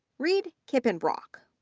reid kippenbrock,